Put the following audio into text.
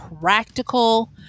practical